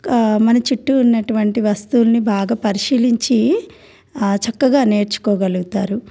మన చుట్టూ ఉన్నటువంటి వస్తువులని బాగా పరిశీలించి చక్కగా నేర్చుకోగలుగుతారు